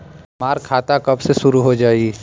हमार खाता कब से शूरू हो जाई?